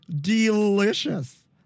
Delicious